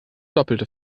doppelte